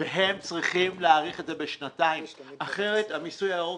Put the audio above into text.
והם צריכים להאריך את זה בשנתיים כי אחרת המיסוי הירוק